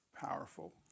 powerful